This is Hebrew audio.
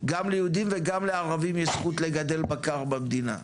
גם ליהודים וגם לערבים יש זכות לגדל בקר במדינה.